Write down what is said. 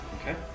Okay